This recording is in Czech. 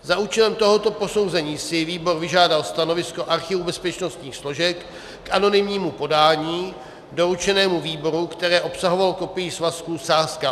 Za účelem tohoto posouzení si výbor vyžádal stanovisko archivu bezpečnostních složek k anonymnímu podání doručenému výboru, které obsahovalo kopii svazků Sázkař.